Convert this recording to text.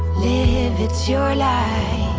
live, it's your life